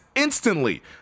Instantly